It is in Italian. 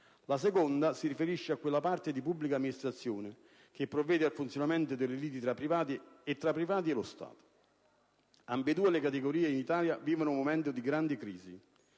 La seconda si riferisce a quella parte di pubblica amministrazione che provvede al funzionamento delle liti tra privati, e tra privati e lo Stato. Ambedue le categorie in Italia vivono un momento di grande crisi.